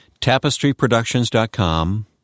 TapestryProductions.com